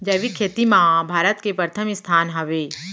जैविक खेती मा भारत के परथम स्थान हवे